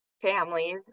families